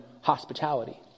hospitality